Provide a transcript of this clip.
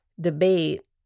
debate